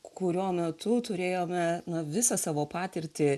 kurio metu turėjome visą savo patirtį